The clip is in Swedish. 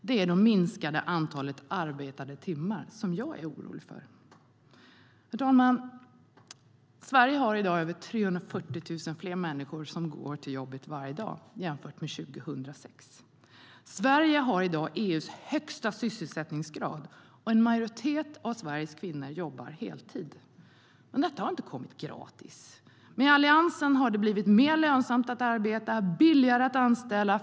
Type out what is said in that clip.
Det är det minskade antalet arbetade timmar som jag är orolig för. Detta har inte kommit gratis. Med Alliansen har det blivit mer lönsamt att arbeta och billigare att anställa.